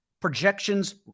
projections